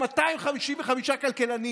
255 כלכלנים,